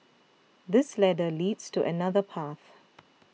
this ladder leads to another path